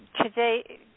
Today